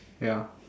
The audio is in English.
ya